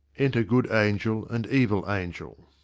enter good angel and evil angel